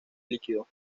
líquido